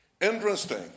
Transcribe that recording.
Interesting